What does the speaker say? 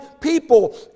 people